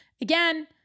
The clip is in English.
Again